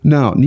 Now